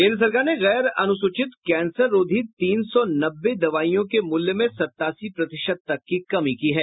केंद्र सरकार ने गैर अनुसूचित कैंसर रोधी तीन सौ नब्बे दवाइयों के मूल्य में सत्तासी प्रतिशत तक की कमी की है